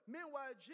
Meanwhile